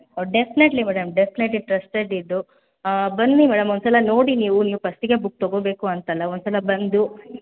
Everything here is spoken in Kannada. ಓ ಡೆಫ್ನೆಟ್ಲಿ ಡೆಫ್ನೆಟ್ಲಿ ಮೇಡಮ್ ಟ್ರಸ್ಟೆಡ್ ಇದು ಬನ್ನಿ ಮೇಡಮ್ ಒಂದು ಸಲ ನೋಡಿ ನೀವು ನೀವು ಫಸ್ಟಿಗೆ ಬುಕ್ ತಗೊಬೇಕು ಅಂತಲ್ಲ ಒಂದು ಸಲ ಬಂದು